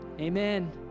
amen